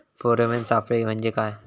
Pheromone सापळे म्हंजे काय?